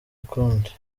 ukundi